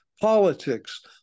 Politics